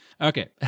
Okay